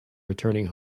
returning